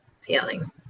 feeling